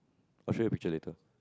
I'll show you a picture later